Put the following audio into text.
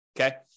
Okay